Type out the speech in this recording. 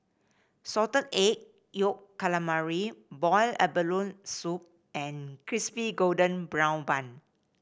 Salted Egg Yolk Calamari Boiled Abalone Soup and Crispy Golden Brown Bun